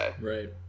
Right